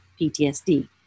PTSD